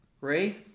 Ray